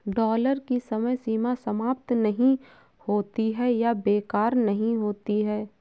dollar की समय सीमा समाप्त नहीं होती है या बेकार नहीं होती है